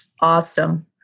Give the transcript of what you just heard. awesome